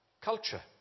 culture